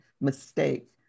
mistake